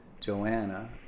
Joanna